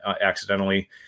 accidentally